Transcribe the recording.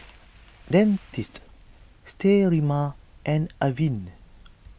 Dentiste Sterimar and Avene